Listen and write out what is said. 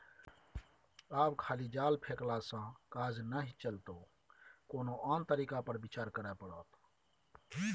आब खाली जाल फेकलासँ काज नहि चलतौ कोनो आन तरीका पर विचार करय पड़त